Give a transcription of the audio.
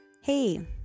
Hey